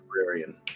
librarian